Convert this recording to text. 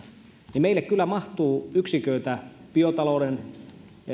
niin meille kyllä mahtuu yksiköitä biotalouden